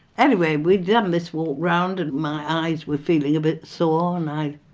anyway, we'd done this walk round and my eyes were feeling a bit sore and i